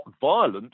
Violent